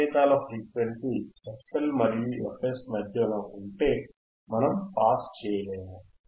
సంకేతాల frequency fL మరియు fH మధ్య ఉంటే మనం పాస్ చేయలేము